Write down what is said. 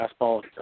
fastball